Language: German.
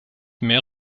mehr